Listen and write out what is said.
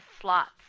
slots